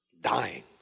dying